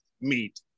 meet